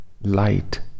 light